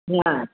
हाँ